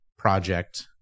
project